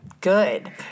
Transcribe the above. good